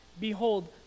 Behold